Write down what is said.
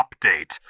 update